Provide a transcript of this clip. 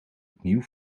opnieuw